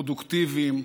פרודוקטיביים,